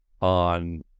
on